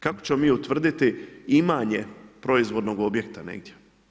Kako ćemo mi utvrditi imanje proizvodnog objekta negdje.